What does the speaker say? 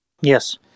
Yes